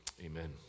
Amen